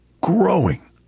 growing